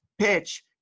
PITCH